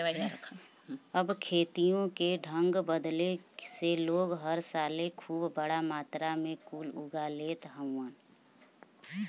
अब खेतियों के ढंग बदले से लोग हर साले खूब बड़ा मात्रा मे कुल उगा लेत हउवन